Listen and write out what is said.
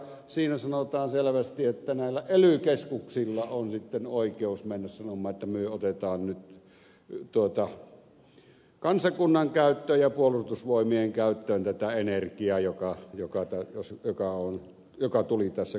siinä sanotaan selvästi että näillä ely keskuksilla on oikeus mennä sanomaan että myö otetaan nyt kansakunnan ja puolustusvoimien käyttöön tätä energiaa joka jo kartoitus joka on joka tuli tässä kuvatuksi